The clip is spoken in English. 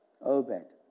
Obed